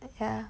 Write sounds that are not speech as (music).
(breath) yeah